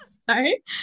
Sorry